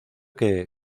que